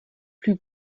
plus